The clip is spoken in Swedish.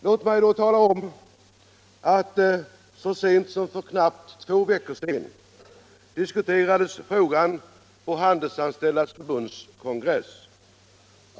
Låt mig då tala om att så sent som för knappt två veckor sedan diskuterades frågan på Handelsanställdas förbunds kongress.